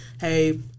hey